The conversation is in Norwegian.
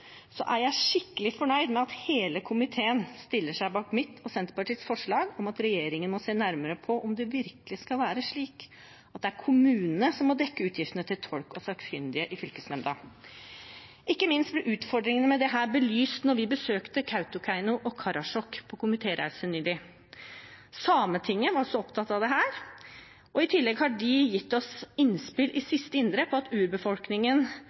er jeg skikkelig fornøyd med at hele komiteen stiller seg bak mitt og Senterpartiets forslag om at regjeringen må se nærmere på om det virkelig skal være slik at kommunene må dekke utgiftene til tolk og sakkyndige i fylkesnemnda. Utfordringene med dette ble ikke minst belyst da vi nylig besøkte Kautokeino og Karasjok på komitéreise. Sametinget var også opptatt av det, og de har i tillegg gitt oss innspill i siste indre på at